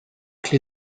clé